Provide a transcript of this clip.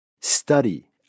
Study